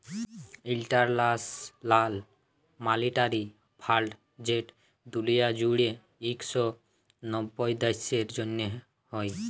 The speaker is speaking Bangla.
ইলটারল্যাশ লাল মালিটারি ফাল্ড যেট দুলিয়া জুইড়ে ইক শ নব্বইট দ্যাশের জ্যনহে হ্যয়